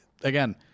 again